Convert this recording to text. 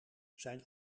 zijn